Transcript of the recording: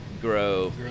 grow